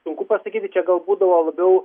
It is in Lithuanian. sunku pasakyti čia gal būdavo labiau